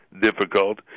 difficult